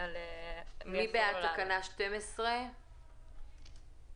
להנחות בכרטיסי רב-קו